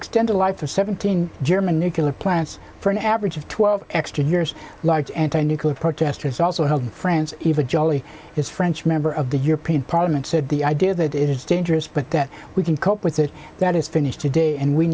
extend the life of seventeen german nuclear plants for an average of twelve extra years large anti nuclear protesters also held france even jolly it's french member of the european parliament said the idea that it is dangerous but that we can cope with it that it's finished today and we